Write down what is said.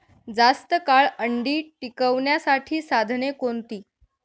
जास्त काळ अंडी टिकवण्यासाठी साधने कोणती?